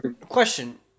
Question